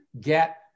get